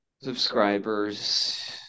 subscribers